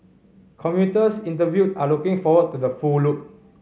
commuters interviewed are looking forward to the full loop